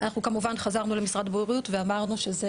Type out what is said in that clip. כמובן שחזרנו למשרד הבריאות ואמרנו שזה